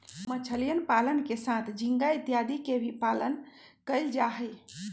मछलीयन पालन के साथ झींगा इत्यादि के भी पालन कइल जाहई